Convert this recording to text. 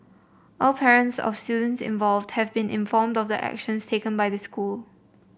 all parents of students involved have been informed of the actions taken by the school